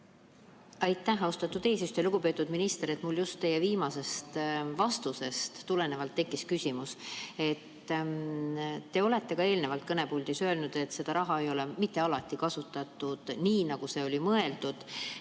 Aitäh, austatud eesistuja! Lugupeetud minister, mul just teie viimasest vastusest tulenevalt tekkis küsimus. Te olete ka eelnevalt kõnepuldis öelnud, et seda raha ei ole mitte alati kasutatud nii, nagu see oli mõeldud.